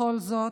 בכל זאת,